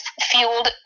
fueled